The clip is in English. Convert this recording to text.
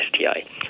STI